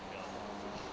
ya